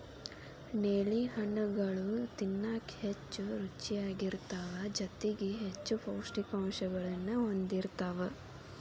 ನೇಲಿ ಹಣ್ಣುಗಳು ತಿನ್ನಾಕ ಹೆಚ್ಚು ರುಚಿಯಾಗಿರ್ತಾವ ಜೊತೆಗಿ ಹೆಚ್ಚು ಪೌಷ್ಠಿಕಾಂಶಗಳನ್ನೂ ಹೊಂದಿರ್ತಾವ